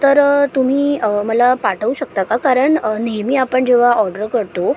तर तुम्ही मला पाठवू शकता का कारण नेहमी आपण जेव्हा ऑर्डर करतो